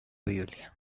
biblia